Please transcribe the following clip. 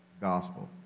gospel